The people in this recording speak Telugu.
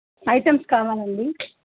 ఐటమ్స్ కావాలి అండి